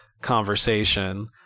conversation